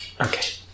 Okay